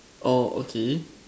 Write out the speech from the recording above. oh okay